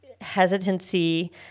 hesitancy